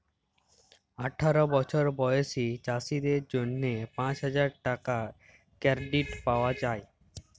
আঠার বসর বয়েসী চাষীদের জ্যনহে পাঁচ হাজার টাকার কেরডিট পাউয়া যায়